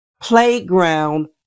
playground